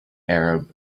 arab